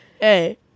Hey